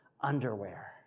underwear